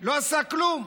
לא עשה כלום,